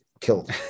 killed